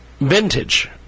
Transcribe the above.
vintage